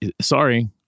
sorry